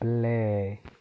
play